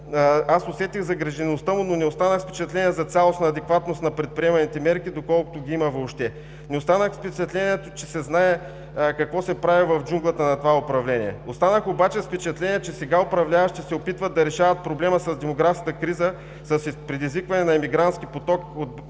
аз усетих загрижеността му, но не останах с впечатление за цялостна адекватност на предприеманите мерки, доколкото ги има въобще. Не останах с впечатлението, че се знае какво се прави в джунглата на това управление. Останах обаче с впечатлението, че сега управляващите се опитват да решават проблема с демографската криза с предизвикване на емигрантски поток към България